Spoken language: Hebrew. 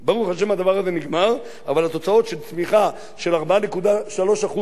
אבל התוצאות של צמיחה של 4.3% במקום 5.6%,